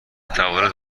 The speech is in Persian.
تولد